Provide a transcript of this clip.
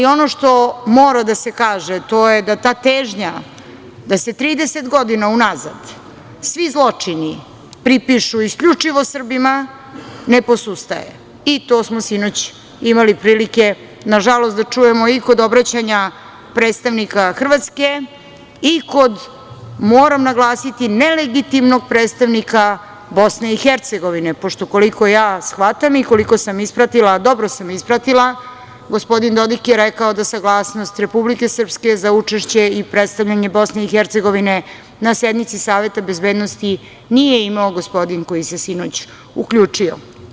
Ono što mora da se kaže, to je da ta težnja da se 30 godina unazad svi zločini pripišu isključivo Srbima ne posustaje, i to smo sinoć imali prilike nažalost da čujemo i kod obraćanja predstavnika Hrvatske i kod, moram naglasiti, nelegitimnog predstavnika BiH, pošto koliko ja shvatam i koliko sam ispratila, a dobro sam ispratila, gospodin Dodik je rekao da saglasnost Republike Srpske za učešće i predstavljanje BiH na sednici Saveta bezbednosti nije imao gospodin koji se sinoć uključio.